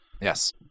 Yes